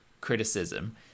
criticism